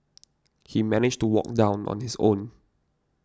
he managed to walk down on his own